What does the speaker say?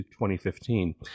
2015